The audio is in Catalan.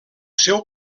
seu